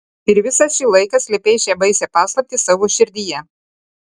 ir visą šį laiką slėpei šią baisią paslaptį savo širdyje